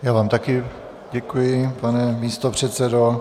Já vám také děkuji, pane místopředsedo.